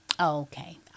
Okay